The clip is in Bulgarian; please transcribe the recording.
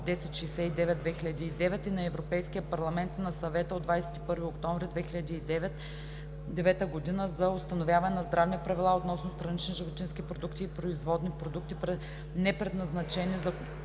1069/2009 на Европейския парламент и на Съвета от 21 октомври 2009 г. за установяване на здравни правила относно странични животински продукти и производни продукти, непредназначени за